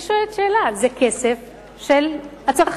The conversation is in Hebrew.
אני שואלת שאלה, זה כסף של הצרכן,